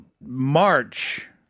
March